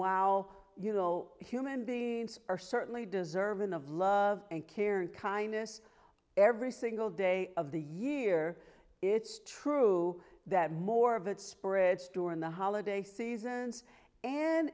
little human beings are certainly deserving of love and care and kindness every single day of the year it's true that more of it spreads during the holiday seasons and